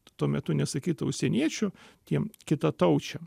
tuo metu nesakytų užsieniečių tiem kitataučiam